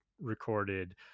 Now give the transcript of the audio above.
recorded